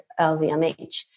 LVMH